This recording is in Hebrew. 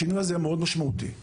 השינוי הזה היה משמעותי מאוד.